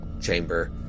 chamber